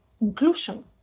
inclusion